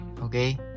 Okay